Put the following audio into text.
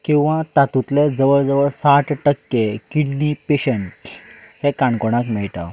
किंवा तातुंतले जवळ जवळ साठ टक्के किडणी पेशंट हे काणकोणांत मेळटा